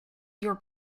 your